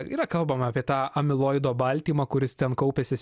yra kalbama apie tą amiloido baltymą kuris ten kaupiasi